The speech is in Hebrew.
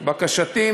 בקשתי,